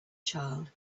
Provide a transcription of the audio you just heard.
child